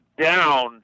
down